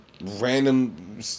random